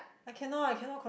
I cannot I cannot